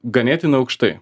ganėtinai aukštai